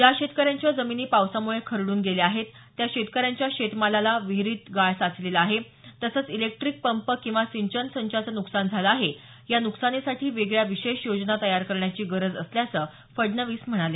ज्या शेतकऱ्यांच्या जमिनी पावसामुळे खरडून गेल्या आहेत ज्या शेतकऱ्यांच्या शेतातल्या विहिरीत गाळ साचलेला आहे तसंच इलेक्ट्रिक पंप किंवा सिंचन संचाचं नुकसान झालं आहे या नुकसानीसाठी वेगळ्या विशेष योजना तयार करण्याची गरज असल्याचं फडणवीस म्हणाले